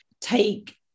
take